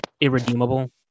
irredeemable